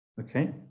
Okay